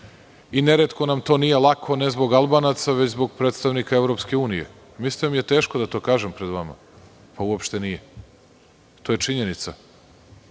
Neretko nam to nije lako, ne zbog Albanaca, već zbog predstavnika EU.Mislite li da mi je teško da to kažem pred vama? Pa, uopšte nije. To je činjenica.